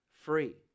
free